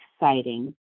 exciting